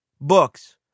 Books